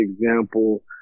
example